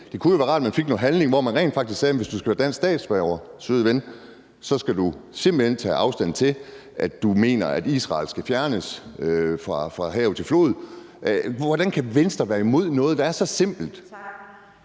Det kunne jo være rart, at man fik noget handling, så man rent faktisk sagde, at hvis du skal være dansk statsborger, søde ven, skal du simpelt hen tage afstand fra, at Israel skal fjernes fra havet til flod. Hvordan kan Venstre være imod noget, der er så simpelt?